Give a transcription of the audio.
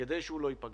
ושהוא לא יפגע,